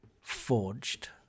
forged